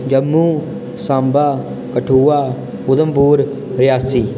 Jammu Samba Kathua Udhampur Reasi